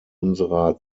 unserer